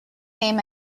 name